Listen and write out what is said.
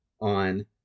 on